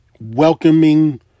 welcoming